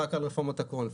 רק על רפורמת הקורנפלקס.